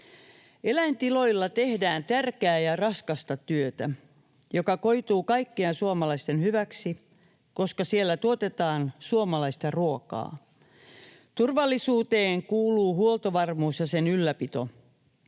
Eläintiloilla tehdään tärkeää ja raskasta työtä, joka koituu kaikkien suomalaisten hyväksi, koska siellä tuotetaan suomalaista ruokaa. Turvallisuuteen kuuluu huoltovarmuus ja sen ylläpito.